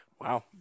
wow